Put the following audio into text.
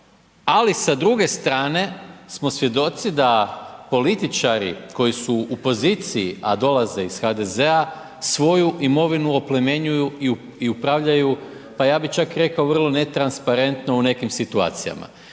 ali sa druge strane smo svjedoci da političari koji su u poziciji a dolaze iz HDZ-a svoju imovinu oplemenjuju i upravljaju pa ja bih čak rekao vrlo netransparentno u nekim situacijama.